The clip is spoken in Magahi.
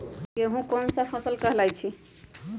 गेहूँ कोन सा फसल कहलाई छई?